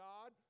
God